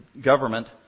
government